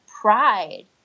pride